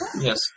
Yes